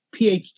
PhD